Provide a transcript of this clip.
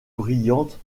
brillante